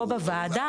פה בוועדה.